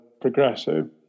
progressive